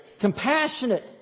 compassionate